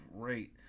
great